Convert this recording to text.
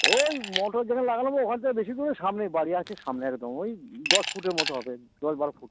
ওই মোটর যেখানে লাগা নেবো ওখান থেকে বেশি দূরে সামনেই বাড়ি আছে সামনে একদম ওই দশ ফুটের মতো হবে দশ বারো ফুট